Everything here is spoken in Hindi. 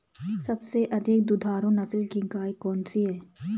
सबसे अधिक दुधारू नस्ल की गाय कौन सी है?